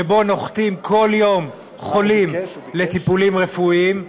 שבו נוחתים כל יום חולים לטיפולים רפואיים,